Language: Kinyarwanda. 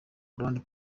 rond